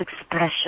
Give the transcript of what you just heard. expression